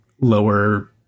lower